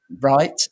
right